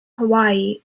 hawaii